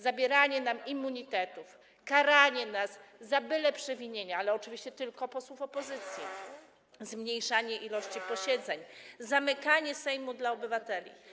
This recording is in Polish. Zabieranie nam immunitetów, karanie nas za byle przewinienia, ale oczywiście tylko posłów opozycji, zmniejszanie ilości posiedzeń, zamykanie Sejmu dla obywateli.